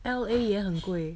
L_A 也很贵